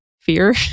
fear